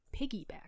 Piggyback